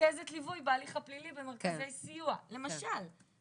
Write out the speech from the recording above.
רכזת ליווי בהליך הפלילי במרכזי סיוע, למשל.